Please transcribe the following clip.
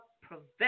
prevent